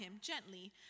gently